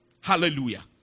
hallelujah